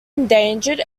endangered